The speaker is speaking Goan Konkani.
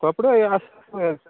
कपडो आसा